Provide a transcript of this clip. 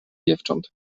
dziewcząt